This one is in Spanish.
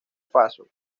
faso